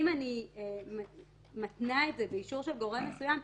אם אני מתנה את זה באישור של גורם מסוים,